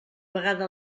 vegada